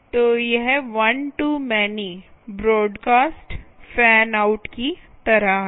तो यह one to many broadcast fan out की तरह है